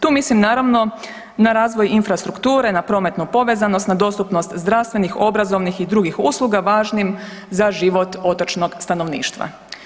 Tu mislim naravno na razvoj infrastrukture, na prometnu povezanost, na dostupnost zdravstvenih, obrazovnih i drugih usluga važnim za život otočnog stanovništva.